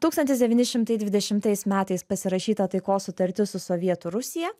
tūkstantis devyni šimtai dvidešimtais metais pasirašyta taikos sutartis su sovietų rusija